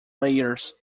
layers